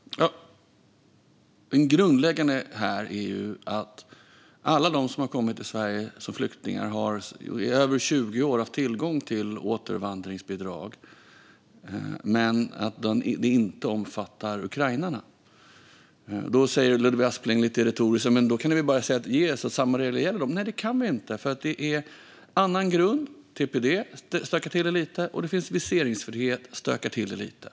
Det grundläggande här är att alla de som har kommit till Sverige som flyktingar har i över 20 år haft tillgång till återvandringsbidrag, men det omfattar inte ukrainarna. Då säger Ludvig Aspling lite retoriskt: Då kan ni väl bara säga att samma regler gäller? Men det kan vi inte, för det är annan grund - TPD stökar till det lite, och det finns viseringsfrihet som stökar till det lite.